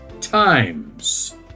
times